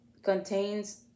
contains